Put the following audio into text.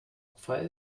opfer